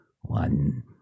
one